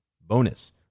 bonus